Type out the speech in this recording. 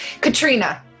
Katrina